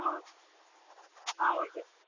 ஆ okay sir ஆ okay sir